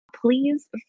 Please